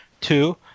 two